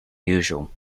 usual